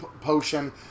potion